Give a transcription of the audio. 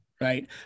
right